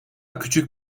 küçük